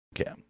okay